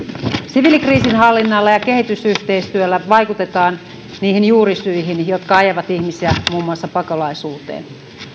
siviilikriisinhallinnalla ja kehitysyhteistyöllä vaikutetaan niihin juurisyihin jotka ajavat ihmisiä muun muassa pakolaisuuteen